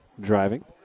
driving